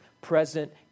present